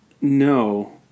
No